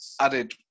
added